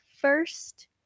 first